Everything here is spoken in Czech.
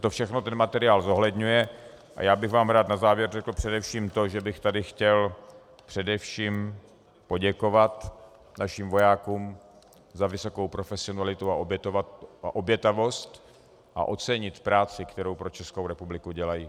To všechno ten materiál zohledňuje a já bych vám rád na závěr řekl to, že bych tady chtěl především poděkovat našim vojákům za vysokou profesionalitu a obětavost a ocenit práci, kterou pro Českou republiku dělají.